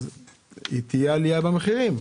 אז זה אומר שתהיה עלייה במחירים.